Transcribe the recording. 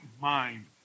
mind